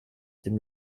dem